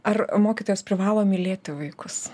ar mokytojas privalo mylėti vaikus